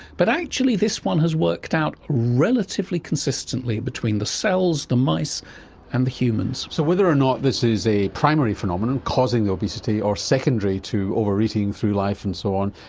but actually this one has worked out relatively consistently between the cells, the mice and the humans. so whether or not this is a primary phenomenon causing the obesity or secondary to over-eating through life and so on,